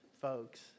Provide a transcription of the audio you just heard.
folks